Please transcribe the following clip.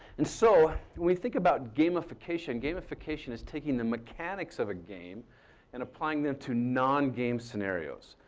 and so, we think about gamification. gamification is taking the mechanics of game and applying them to none games scenarios.